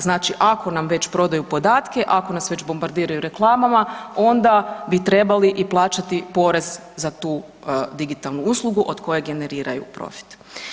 Znači ako nam već prodaju podatke, ako nas već bombardiraju reklamama, onda bi trebali i plaćati porez za tu digitalnu uslugu, od koje generiraju profit.